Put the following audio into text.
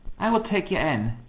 i will take you in,